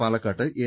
Palakkad N